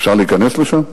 אפשר להיכנס לשם?